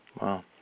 Wow